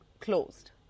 closed